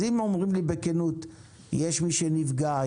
אז אם אומרים לי בכנות שיש מי שנפגע,